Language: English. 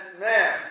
man